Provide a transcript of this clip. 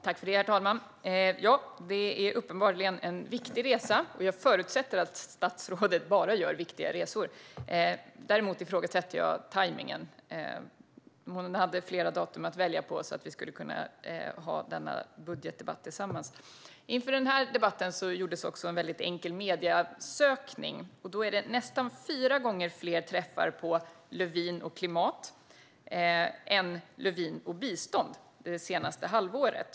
Herr talman! Det är uppenbarligen en viktig resa, och jag förutsätter att statsrådet bara gör viktiga resor. Däremot ifrågasätter jag tajmningen. Hon hade flera datum att välja på så att vi hade kunnat ha denna budgetdebatt tillsammans. Inför den här debatten gjordes en enkel mediesökning, och den gav nästan fyra gånger så många träffar på Lövin och klimat som på Lövin och bistånd det senaste halvåret.